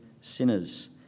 sinners